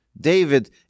David